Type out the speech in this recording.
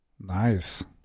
Nice